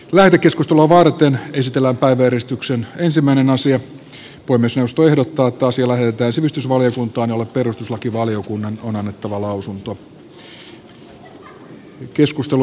lähetekeskustelua varten ystävä vai väristyksen ensimmäinen puhemiesneuvosto ehdottaa että asia lähetetään sivistysvaliokuntaan jolle perustuslakivaliokunnan on annettava lausunto